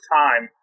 time